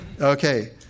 Okay